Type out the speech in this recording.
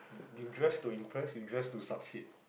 you dress to impress you dress to succeed